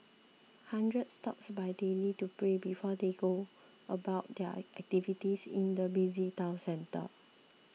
hundreds stop by daily to pray before they go about their activities in the busy town centre